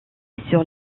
sur